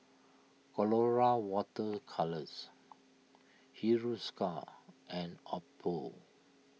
Colora Water Colours Hiruscar and Oppo